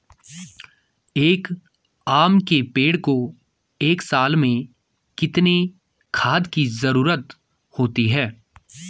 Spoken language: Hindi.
एक आम के पेड़ को एक साल में कितने खाद की जरूरत होती है?